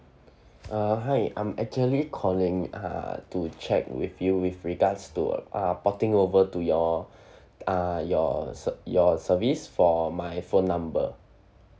uh hi I'm actually calling ah to check with you with regards to ah porting over to your ah your ser~ your service for my phone number